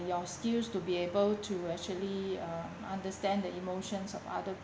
your skills to be able to actually uh understand the emotions of other